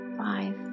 five